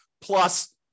plus